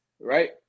right